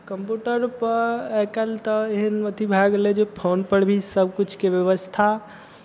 कम्प्यूटरपर आइ काल्हि तऽ एहन अथि भए गेलै जे फोनपर भी सभकिछुके व्यवस्था